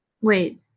Wait